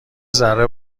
ذره